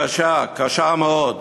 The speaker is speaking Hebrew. קשה, קשה מאוד.